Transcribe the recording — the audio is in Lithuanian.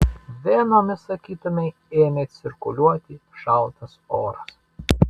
venomis sakytumei ėmė cirkuliuoti šaltas oras